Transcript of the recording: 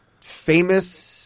famous